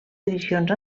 edicions